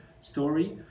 story